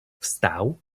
wstał